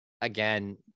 again